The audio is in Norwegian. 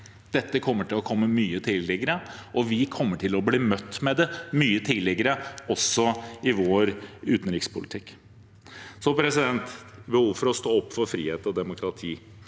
dette kommer til å komme mye tidligere, og vi kommer til å bli møtt med det mye tidligere, også i vår utenrikspolitikk. Så til behovet for å stå opp for frihet og demokrati: